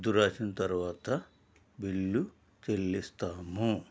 పద్దు రాసిన తరువాత బిల్లు చెల్లిస్తాము